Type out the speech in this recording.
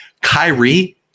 Kyrie